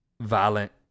violent